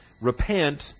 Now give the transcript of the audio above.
Repent